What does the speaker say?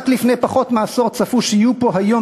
רק לפני פחות מעשור צפו שיהיו פה היום,